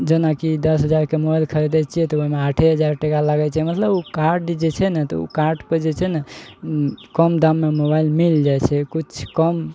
जेनाकि दस हजारके मोबाइल खरिदइ छियै तऽ ओइमे आठे हजार टाका लागय छै मतलब उ कार्ड जे छै ने तऽ उ कार्डपर जे छै ने कम दाममे मोबाइल मिल जाइ छै कुछ कम